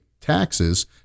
taxes